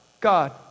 God